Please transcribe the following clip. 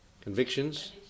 Convictions